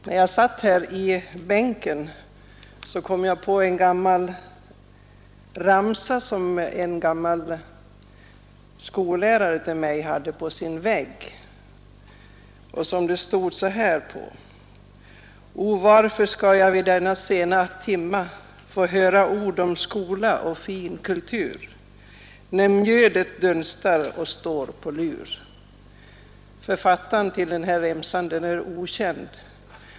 När jag satt i bänken kom jag att tänka på en ramsa som en av mina gamla skollärare hade på väggen: ”O, varför skall jag vid denna sena timma få höra ord om skola och fin kultur, när mjödet dunstar och står på lur?” Författaren till ramsan är okänd.